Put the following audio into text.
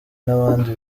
n’abandi